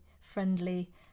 friendly